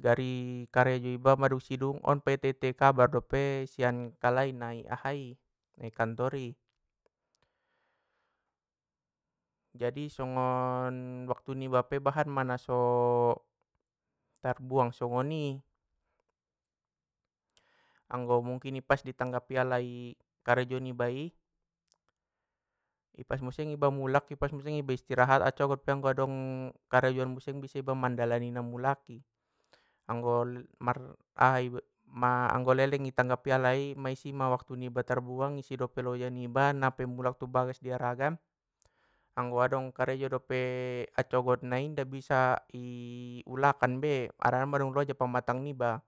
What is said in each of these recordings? Gari karejo iba mandung sidung on painte inte kabar dope sian alai na i ahai na i kantor i. Jadi songon waktu niba pe bahat ma naso tarbuang songoni, anggo mungkin ipas i tanggapi alai karejo ibai, ipas muse iba mulak ipas muse iba istirahat, ancogot pe anggo pe adong karejoon muse bisa iba mandalanina mulaki anggo mar aha iba anggo leleng i tanggapi alai ma si ma waktu niba terbuang i si dope loja niba ngga pe mulak tubagas i aranggan anggo adong karejo dope incogottnai inda bisa i ulakan be harana mang loja pamatang niba,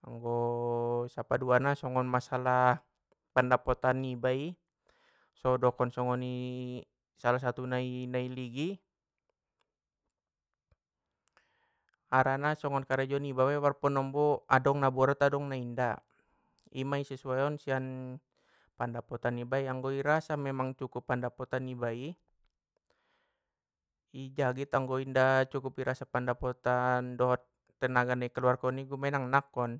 anggo sapaduana songon masalah pandapotan niba i, so udokon songoni salah satuna i na i ligin, harana songon karejo niba pe mar- manombo adong na borat adong na inda, ima i sasueon sian pandapotan nibai anggo irasa memang cukup pandapotan nibai i, i jagit anggo inda cukup irasa pandapotan dohot tenaga na i kaluarkon i ummenang nangkon,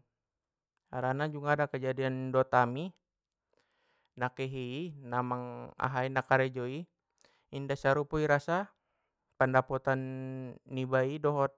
harana junggada kejadian dot ami na kehei namang karejoi inda sarupo i rasa pandapotan ni ibai dohot.